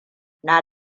na